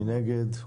מי נגד?